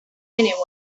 anywhere